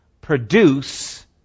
produce